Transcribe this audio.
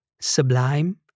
sublime